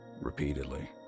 repeatedly